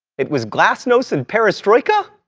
it was glasnost and perestroika?